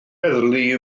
heddlu